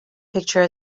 picture